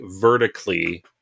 vertically